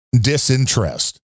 disinterest